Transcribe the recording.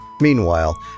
Meanwhile